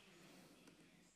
תודה, אדוני היושב-ראש.